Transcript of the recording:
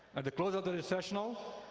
at the close of the recessional,